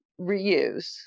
reuse